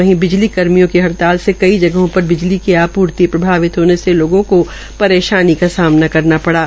वहीं बिजली कर्मियों की हड़ताल से कई जगहों पर बिजली की आपूर्ति प्रभावित होने से लोगों को परेशानी का सामना करना पड़ा